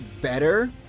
better